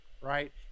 right